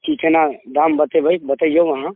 कि कोना दाम बतेबै बतैऔ अहाँ